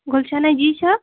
گُلشَنہ جی چھا